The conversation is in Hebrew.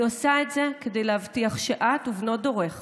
אני עושה את זה כדי להבטיח שאת ובנות דורך